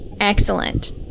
Excellent